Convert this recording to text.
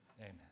Amen